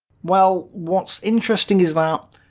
well, what's interesting is that,